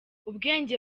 ubwenge